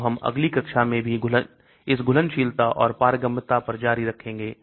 तो हम अगली कक्षा में भी इस घुलनशीलता और पारगम्यता पर जारी रखेंगे